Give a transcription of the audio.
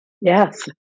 Yes